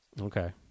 Okay